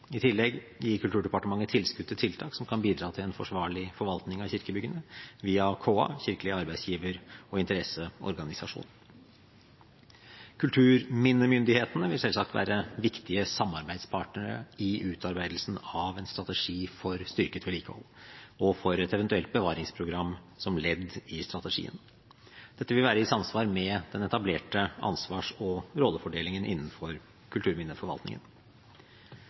I tillegg gir Kulturdepartementet tilskudd til tiltak som kan bidra til en forsvarlig forvaltning av kirkebyggene via KA, Kirkelig arbeidsgiver- og interesseorganisasjon. Kulturminnemyndighetene vil selvsagt være viktige samarbeidspartnere i utarbeidelsen av en strategi for styrket vedlikehold og for et eventuelt bevaringsprogram som ledd i strategien. Dette vil være i samsvar med den etablerte ansvars- og rollefordelingen innenfor kulturminneforvaltningen.